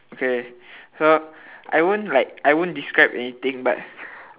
okay so I won't like I won't describe anything but